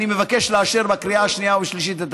אני מבקש לאשר את הצעת החוק בקריאה השנייה והשלישית.